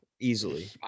easily